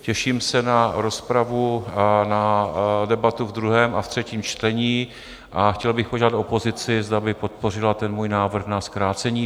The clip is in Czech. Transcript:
Těším se na rozpravu a na debatu v druhém a v třetím čtení a chtěl bych požádat opozici, zda by podpořila ten můj návrh na zkrácení.